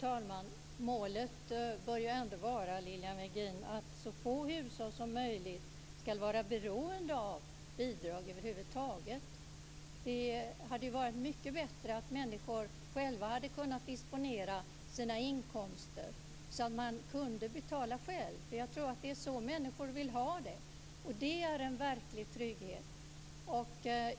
Fru talman! Målet bör ändå vara att så få hushåll som möjligt skall vara beroende av bidrag över huvud taget. Det hade varit mycket bättre om människor själva kunde disponera sina inkomster, så att man kunde betala själv. Jag tror att det är så människor vill ha det. Det är en verklig trygghet.